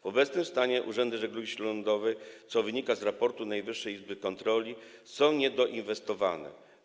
W obecnym stanie urzędy żeglugi śródlądowej, co wynika z raportu Najwyższej Izby Kontroli, są niedoinwestowane.